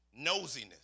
nosiness